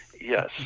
Yes